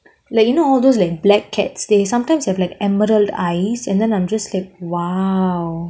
like you know all those like black cats they sometimes have an emerald eyes and then I'm just like !wow!